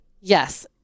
Yes